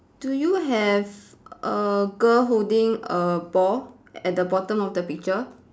do you have a girl holding a ball at the bottom of the picture